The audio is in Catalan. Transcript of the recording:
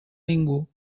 ningú